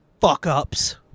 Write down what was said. fuck-ups